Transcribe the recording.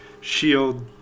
shield